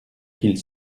qu’ils